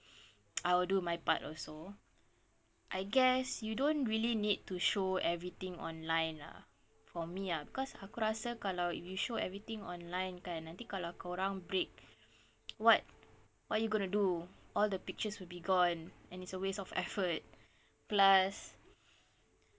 I will do my part also I guess you don't really need to show everything online lah for me ah cause aku rasa kalau if show everything online nanti kalau kau orang break what what you going to do all the pictures will be gone and it's a waste of effort plus